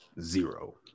zero